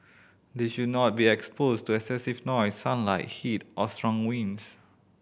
they should not be exposed to excessive noise sunlight heat or strong wind